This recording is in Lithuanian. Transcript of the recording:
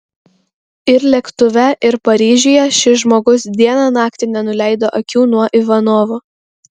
ir lėktuve ir paryžiuje šis žmogus dieną naktį nenuleido akių nuo ivanovo